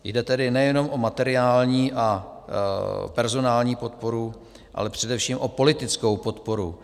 Jde tedy nejenom o materiální a personální podporu, ale především o politickou podporu.